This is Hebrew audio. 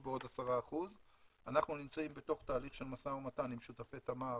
בעוד 10%. אנחנו נמצאים בתהליך משא ומתן עם שותפי תמר